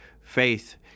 Faith